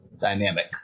dynamic